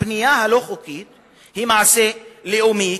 הבנייה הלא-חוקית היא מעשה לאומי,